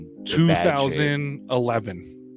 2011